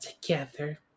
together